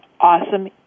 awesome